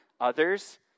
others